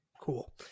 Cool